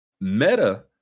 Meta